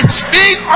speak